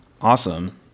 awesome